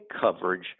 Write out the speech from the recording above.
coverage